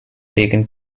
taken